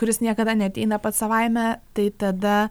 kuris niekada neateina pats savaime tai tada